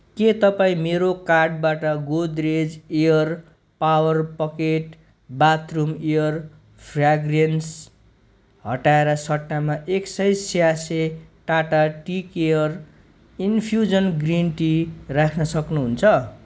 के तपाईँ मेरो कार्टबाट Godrej air power pocket bathroom air fragrance हटाएर सट्टामा एक सय स्यासे Tata tea care infusion green tea राख्न सक्नुहुन्छ